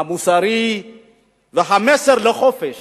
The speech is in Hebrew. המוסרי והמסר לחופש,